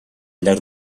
llarg